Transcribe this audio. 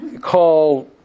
call